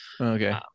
okay